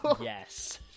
Yes